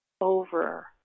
over